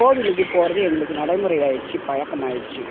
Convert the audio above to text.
கோவிலுக்கு போகிறது எங்களுக்கு நடைமுறையாகிடுச்சி பழக்கமாகிடுச்சி